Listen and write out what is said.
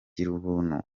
girubuntu